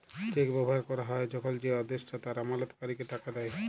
check ব্যবহার ক্যরা হ্যয় যখল যে আদেষ্টা তার আমালতকারীকে টাকা দেয়